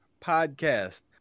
Podcast